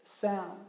sound